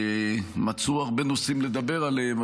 שמצאו הרבה נושאים לדבר עליהם,